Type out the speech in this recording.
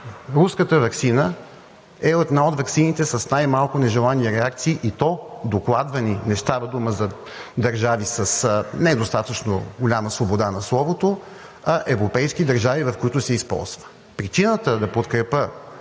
руската ваксина е една от ваксините с най-малко нежелани реакции, и то докладвани. Не става дума за държави с недостатъчно голяма свобода на словото, а европейски държави, в които се използва. Причината да подкрепя